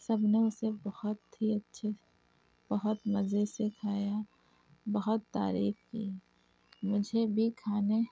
سب نے اسے بہت ہی اچھے سے بہت مزے سے کھایا بہت تعریف کی مجھے بھی کھانے